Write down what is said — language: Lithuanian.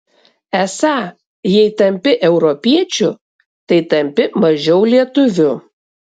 esą jei tampi europiečiu tai tampi mažiau lietuviu